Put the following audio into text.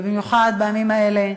ובמיוחד בימים האלה,